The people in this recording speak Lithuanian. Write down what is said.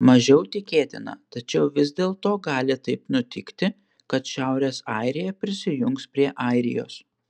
mažiau tikėtina tačiau vis dėlto gali taip nutikti kad šiaurės airija prisijungs prie airijos